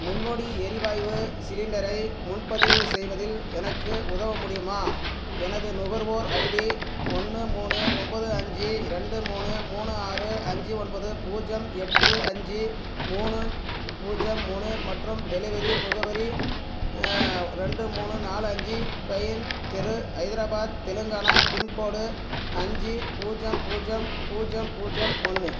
முன்னோடி எரிவாயு சிலிண்டரை முன்பதிவு செய்வதில் எனக்கு உதவ முடியுமா எனது நுகர்வோர் ஐடி ஒன்று மூணு ஒம்பது அஞ்சு ரெண்டு மூணு மூணு ஆறு அஞ்சு ஒன்பது பூஜ்யம் எட்டு அஞ்சு மூணு பூஜ்யம் மூணு மற்றும் டெலிவரி முகவரி ரெண்டு மூணு நாலு அஞ்சு பைன் தெரு ஹைதராபாத் தெலுங்கானா பின்கோடு அஞ்சு பூஜ்யம் பூஜ்யம் பூஜ்யம் பூஜ்யம் ஒன்று